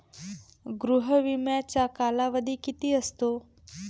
गृह विम्याचा कालावधी किती असतो?